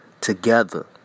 together